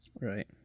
Right